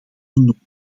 genoemd